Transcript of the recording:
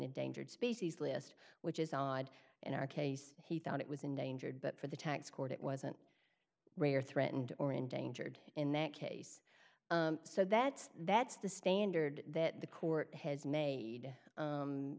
endangered species list which is odd in our case he thought it was endangered but for the tax court it wasn't rare threatened or endangered in that case so that that's the standard that the court has made